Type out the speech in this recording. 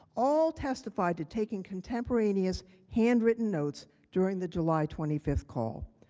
all testified to taking contemporaneous handwritten notes during the july twenty five call.